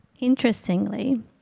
Interestingly